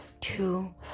two